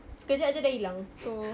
sekejap jer dah hilang so